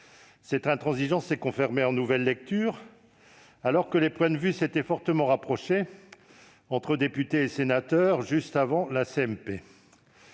Cette intransigeance s'est confirmée en nouvelle lecture, alors que les points de vue s'étaient fortement rapprochés entre députés et sénateurs juste avant la CMP.